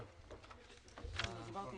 הישיבה ננעלה בשעה 12:15.